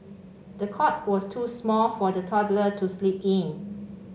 the cot was too small for the toddler to sleep in